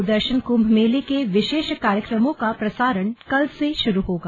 दूरदर्शन क्म्भ मेले के विशेष कार्यक्रमों का प्रसारण कल से शुरू करेगा